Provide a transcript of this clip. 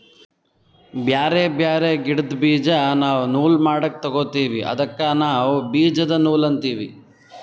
ಬ್ಯಾರೆ ಬ್ಯಾರೆ ಗಿಡ್ದ್ ಬೀಜಾ ನಾವ್ ನೂಲ್ ಮಾಡಕ್ ತೊಗೋತೀವಿ ಅದಕ್ಕ ನಾವ್ ಬೀಜದ ನೂಲ್ ಅಂತೀವಿ